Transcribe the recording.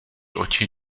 oči